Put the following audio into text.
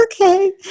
Okay